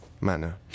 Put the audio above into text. manner